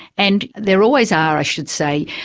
and there always are, i should say,